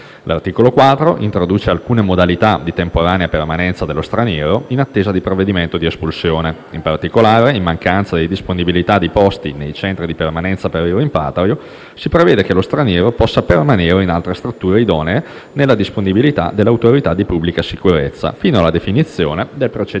L'articolo 4 introduce alcune modalità di temporanea permanenza dello straniero in attesa di provvedimento di espulsione. In particolare, in mancanza di disponibilità di posti nei centri di permanenza per il rimpatrio, si prevede che lo straniero possa permanere in altre strutture idonee nella disponibilità dell'autorità di pubblica sicurezza, fino alla definizione del procedimento